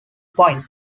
point